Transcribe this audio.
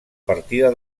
partida